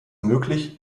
möglich